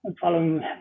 Following